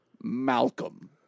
Malcolm